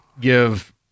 give